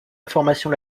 information